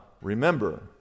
remember